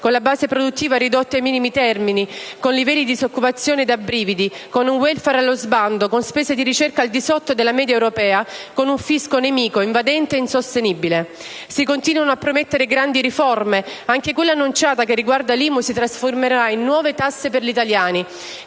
con la base produttiva ridotta ai minimi termini, con livelli di disoccupazione da brividi, con un *welfare* allo sbando, con spese di ricerca al di sotto della media europea, con un fisco nemico, invadente e insostenibile. Si continuano a promettere grandi riforme: anche quella annunciata che riguarda l'IMU si trasformerà in nuove tasse per gli italiani,